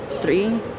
Three